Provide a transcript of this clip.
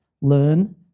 learn